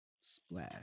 Splash